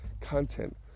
content